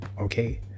Okay